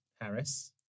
Harris